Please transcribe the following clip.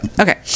okay